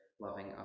loving